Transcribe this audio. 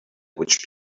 which